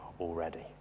already